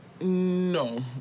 no